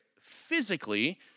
physically